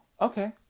okay